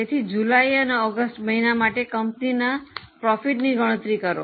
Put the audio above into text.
તેથી જુલાઈ અને ઓગસ્ટ મહિના માટે કંપનીના નફાની ગણતરી કરો